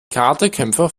karatekämpfer